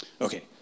Okay